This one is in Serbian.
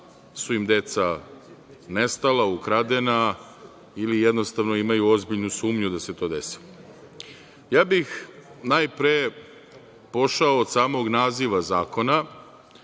su im deca nestala, ukradena ili jednostavno imaju ozbiljnu sumnju da se to desilo. Ja bih najpre pošao od samog naziva zakona